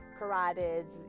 carotids